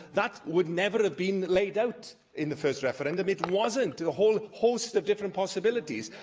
that would never have been laid out in the first referendum. it wasn't a whole host of different possibilities.